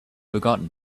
forgotten